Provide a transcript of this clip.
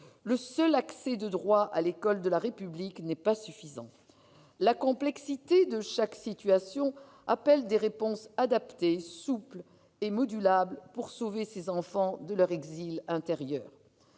Le seul accès de droit à l'école de la République n'est pas suffisant. La complexité de chaque situation appelle des réponses adaptées, souples et modulables, pour sauver ces enfants de leur exil intérieur.